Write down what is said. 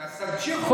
אז תמשיכו, אדוני השר.